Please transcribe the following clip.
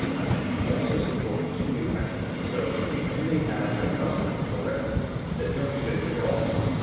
and we also support two way texting. so you may have some customers already that don't use facebook at all,